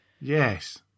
Yes